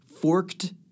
Forked